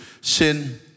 sin